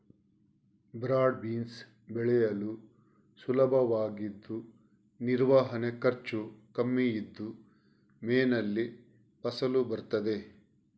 broad beans ಬೆಳೆಯಲು ಸುಲಭವಾಗಿದ್ದು ನಿರ್ವಹಣೆ ಖರ್ಚು ಕಮ್ಮಿ ಇದ್ದು ಮೇನಲ್ಲಿ ಫಸಲು ಬರ್ತದೆ